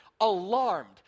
alarmed